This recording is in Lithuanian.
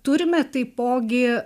turime taipogi